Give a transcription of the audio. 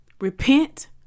repent